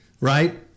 right